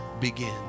Begin